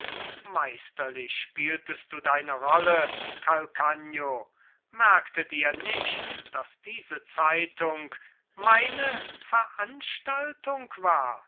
meisterlich spieltest du deine rolle calcagno merktet ihr nicht daß diese zeitung meine veranstaltung war